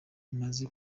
bimaze